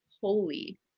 holy